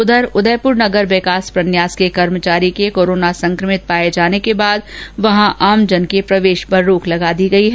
उद्योग उदयपुर नगर विकास प्रन्यास के कर्मचारी कोरोना संक्रमित भिलने के बाद यहां आमजन के प्रवेश पर रोक लगा दी गई है